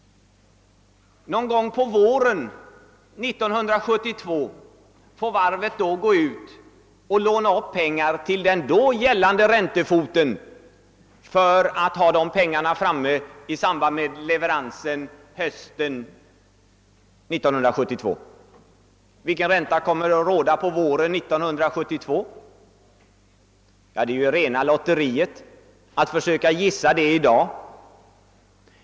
Någon gång på våren 1972 får varvet gå ut och låna upp pengar till den då gällande räntefoten för att ha pengarna tillgängliga i samband med leveransen hösten 1972. Vilket ränteläge kommer att gälla på våren 1972? Det är rena lotteriet att försöka gissa det i dag.